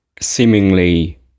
seemingly